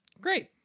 Great